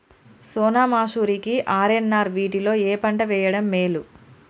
సోనా మాషురి కి ఆర్.ఎన్.ఆర్ వీటిలో ఏ పంట వెయ్యడం మేలు?